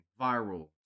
Viral